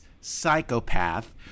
psychopath